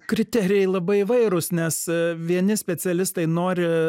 kriterijai labai įvairūs nes vieni specialistai nori